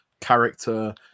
character